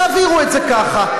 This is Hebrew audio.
תעבירו את זה ככה,